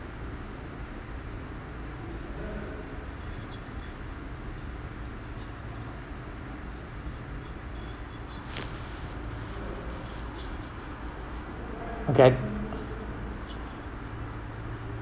okay